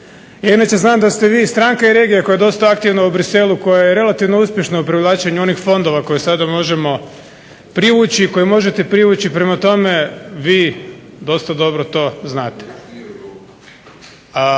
Ja inače znam da ste vi stranka i regija koja je dosta aktivna u Bruxellesu koja je relativno uspješna u privlačenju onih fondova koje sada možemo privući koje možete privući. Prema tome, vi dosta dobro to znate.